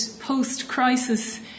post-crisis